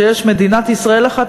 ש"יש מדינת ישראל אחת,